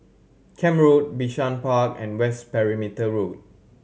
Camp Road Bishan Park and West Perimeter Road